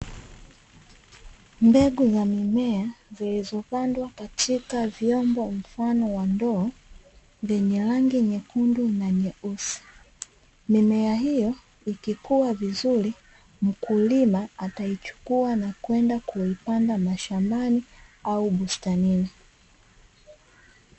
Mbegu za mimea zilizopandwa katika vyombo mfano wa ndoo, vyenye rangi nyekundu na nyeusi. Mimea hiyo ikikua vizuri, mkulima ataichukua na kwenda kuipanda mashambani au bustanini.